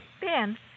Ben